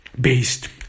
based